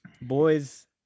boys